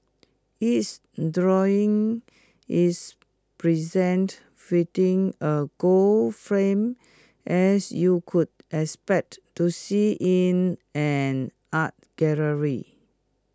each drawing is presented A gold frame as you could expect to see in an art gallery